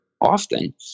often